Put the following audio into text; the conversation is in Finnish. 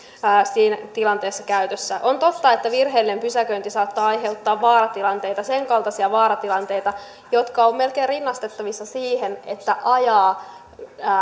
siinä tilanteessa käytössä on totta että virheellinen pysäköinti saattaa aiheuttaa vaaratilanteita sen kaltaisia vaaratilanteita jotka ovat melkein rinnastettavissa siihen että ajaa